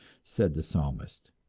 said the psalmist.